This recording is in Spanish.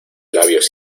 labios